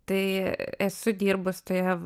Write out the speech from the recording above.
tai esu dirbus toje